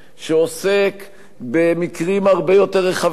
שעוסק במקרים הרבה יותר רחבים,